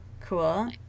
Cool